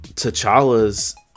T'Challa's